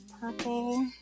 purple